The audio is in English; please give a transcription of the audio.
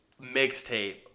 mixtape